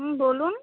হুম বলুন